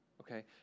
Okay